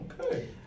Okay